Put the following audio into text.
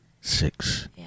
six